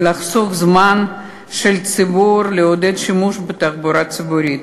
לחסוך זמן לציבור ולעודד שימוש בתחבורה ציבורית.